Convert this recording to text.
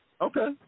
Okay